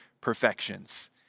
perfections